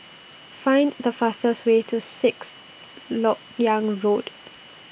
Find The fastest Way to Sixth Lok Yang Road